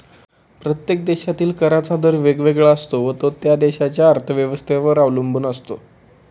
प्रत्येक देशातील कराचा दर वेगवेगळा असतो व तो त्या देशाच्या अर्थव्यवस्थेवर अवलंबून असतो